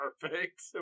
Perfect